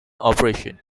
operation